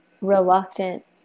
reluctant